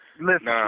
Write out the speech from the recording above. Listen